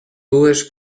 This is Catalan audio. dues